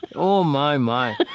and oh, my, my.